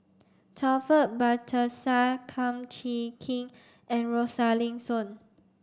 Taufik Batisah Kum Chee Kin and Rosaline Soon